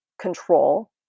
control